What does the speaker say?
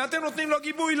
ואתם נותנים לו גיבוי.